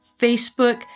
Facebook